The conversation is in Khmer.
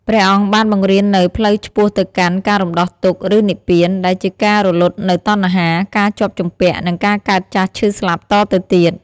ព្រះអង្គបានបង្រៀននូវ ផ្លូវឆ្ពោះទៅកាន់ការរំដោះទុក្ខ ឬនិព្វាន ដែលជាការរំលត់នូវតណ្ហា ការជាប់ជំពាក់ និងការកើតចាស់ឈឺស្លាប់តទៅទៀត។